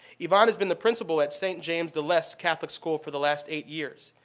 yvonne has been the principal at saint james the less catholic school for the last eight years.